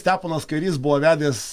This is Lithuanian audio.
steponas kairys buvo vedęs